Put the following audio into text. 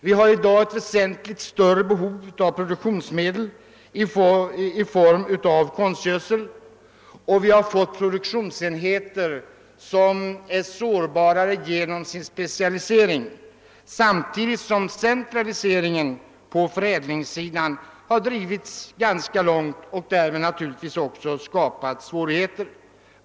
Vi har i dag ett väsentligt större behov av konstgödsel, och vi har fått produktionsenheter som på grund av sin specialisering är sårbarare, samtidigt som centraliseringen på förädlingssidan har drivits ganska långt och därmed naturligtvis skapat svårigheter.